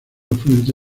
afluente